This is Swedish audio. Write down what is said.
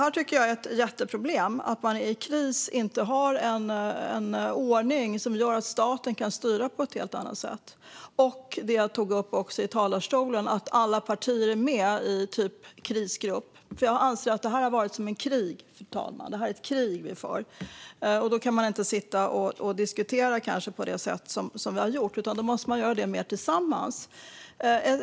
Jag tycker att det är ett jätteproblem att man i kris inte har en ordning som gör att staten kan styra på ett helt annat sätt och, som jag tog upp i talarstolen, att alla partier är med i en typ krisgrupp. Det här är ett krig vi för. Då kan vi inte sitta och diskutera på det sätt som vi har gjort, utan vi måste göra det mer tillsammans.